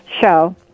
show